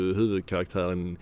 huvudkaraktären